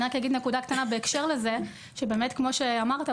רק אגיד נקודה קטנה בהקשר לזה: כמו שאמרת,